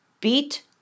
Beat